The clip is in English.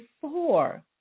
four